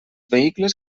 vehicles